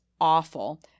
awful